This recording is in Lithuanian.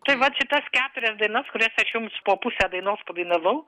tai vat šitas keturias dainas kurias aš jums po pusę dainos padainavau